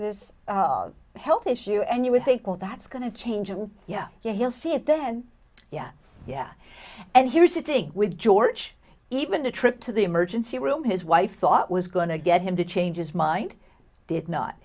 this this health issue and you would think all that's going to change oh yeah yeah you'll see it then yeah yeah and here's the thing with george even a trip to the emergency room his wife thought was going to get him to change his mind did not